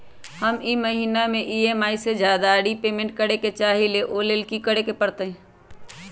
हम ई महिना में ई.एम.आई से ज्यादा रीपेमेंट करे के चाहईले ओ लेल की करे के परतई?